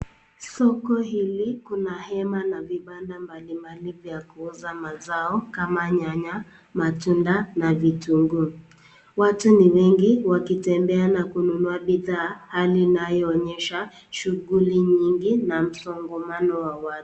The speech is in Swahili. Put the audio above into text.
Soko hili kuna hema na vibanda mbalimbali vya kuuza mazao kama nyanya, matunda na vitunguu. Watu ni wengi wakitembea na kununua bidhaa hali inayoonyesha shughuli nyingi na msongamano wa watu.